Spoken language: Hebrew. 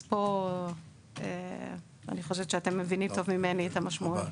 אז אני חושבת שאתם מבינים טוב ממני את המשמעות.